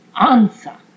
answer